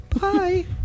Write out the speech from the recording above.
Bye